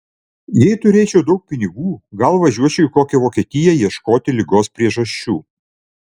jei turėčiau daug pinigų gal važiuočiau į kokią vokietiją ieškoti ligos priežasčių